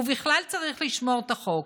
ובכלל, צריך לשמור את החוק.